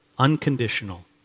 unconditional